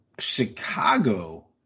Chicago